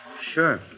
Sure